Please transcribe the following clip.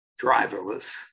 driverless